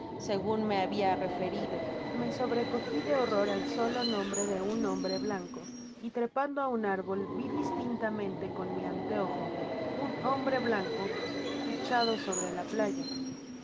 segun me habia referido me sobrecogí de horror al solo nombre de un hombre blanco y trepando á un árbol v distintamente con mi anteojo un hombre blanco echado sobre la playa con